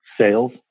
sales